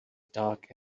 dark